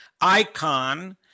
icon